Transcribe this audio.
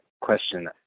question